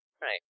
Right